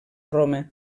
roma